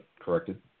corrected